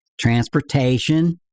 transportation